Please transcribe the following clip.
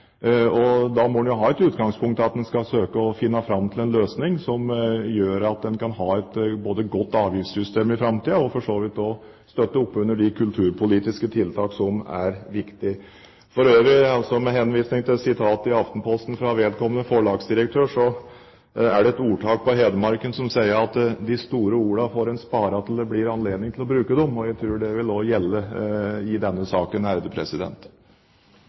en ha som utgangspunkt at en må søke å finne fram til en løsning som gjør at en både kan ha et godt avgiftssystem i framtiden, og for så vidt også støtte opp under de kulturpolitiske tiltak som er viktige. For øvrig, med henvisning til et sitat i Aftenposten fra vedkommende forlagsdirektør, er det et ordtak på Hedmarken som sier at «de store ordene får en spare til det blir anledning til å bruke dem». Jeg tror det også vil gjelde i denne saken.